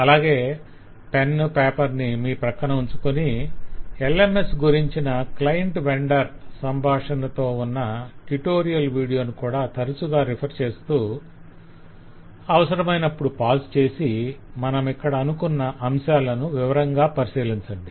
అలాగే pen paper ను మీ ప్రక్కన ఉంచుకొని LMS గురించిన క్లయింట్ వెండర్ సంభాషణతో ఉన్న ట్యుటోరియల్ వీడియోను తరచుగా రిఫర్ చేస్తూ అవసరమైనప్పుడు పాజు చేసి మనమిక్కడనుకొన్న అంశాలను వివరంగా పరిశీలించండి